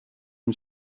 une